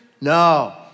No